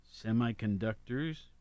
semiconductors